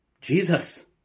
Jesus